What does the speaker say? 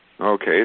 Okay